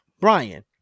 Brian